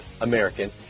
American